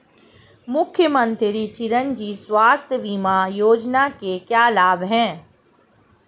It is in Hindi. मुख्यमंत्री चिरंजी स्वास्थ्य बीमा योजना के क्या लाभ हैं?